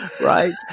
Right